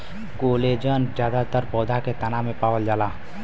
collagen जादातर पौधा के तना में पावल जाला